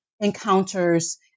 encounters